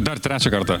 dar trečią kartą